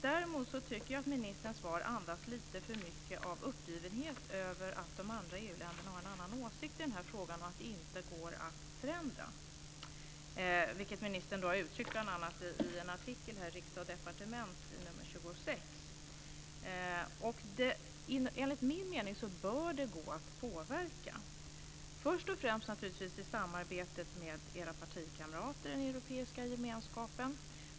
Däremot tycker jag att ministerns svar andas lite för mycket uppgivenhet över att de andra EU länderna har en annan åsikt i denna fråga och att det inte går att förändra. Detta har också ministern uttryckt i en artikel i Från Riksdag & Departement nr 26. Enligt min mening bör detta gå att påverka, först och främst naturligtvis i samarbetet med era partikamrater i den europeiska gemenskapen.